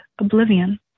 oblivion